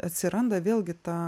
atsiranda vėlgi ta